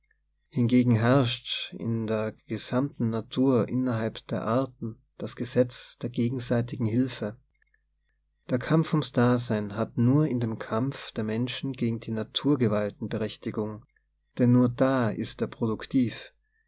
hingegen herrscht in der gesamten natur innerhalb der arten das gesetz der gegenseitigen hilfe der kampf ums dasein hat nur in dem kampf der menschen gegen die natura gewalten berechtigung denn nur da ist er produktiv